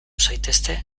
zaitezte